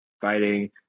fighting